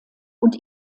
und